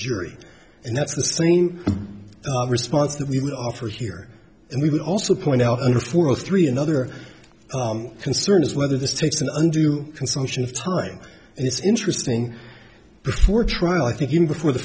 jury and that's the same response that we would offer here and we would also point out under four or three another concern is whether this takes an undue consumption of time and it's interesting before trial i think even before the